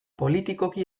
politikoki